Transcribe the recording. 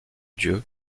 dieu